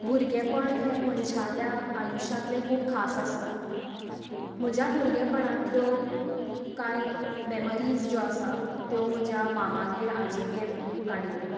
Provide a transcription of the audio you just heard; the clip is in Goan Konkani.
भुरगेंपण हें मनशाल्या आयुश्यातलें खूब खास आसता म्हज्या भुरगेपणांतल्यो कांय मॅमरीज ज्यो आसा त्यो म्हज्या मामागेर आजयेगेर काडिल्ल्यो